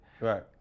Right